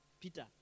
Peter